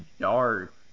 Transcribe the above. dark